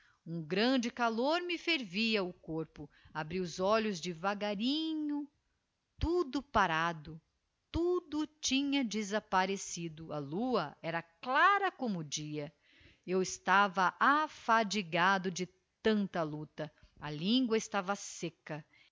um grande calor me fervia o corpo abri os olhos devagarinho tudo parado tudo tinha desapparecido a lua era clara como dia eu estava afadigado de tanta lucta a lingua estava secca